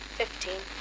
fifteen